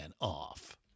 off